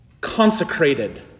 consecrated